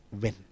win